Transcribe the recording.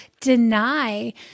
deny